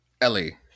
ellie